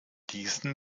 diesen